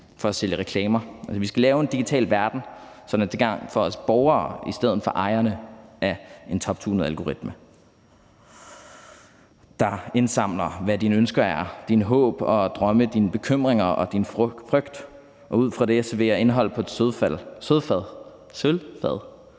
for at sælge reklamer. Vi skal lave en digital verden, som er til gavn for os borgere i stedet for ejerne af en toptunet algoritme, der indsamler, hvad dine ønsker er, dine håb og drømme, dine bekymringer og din frygt, og ud fra det serverer indhold på et sølvfad,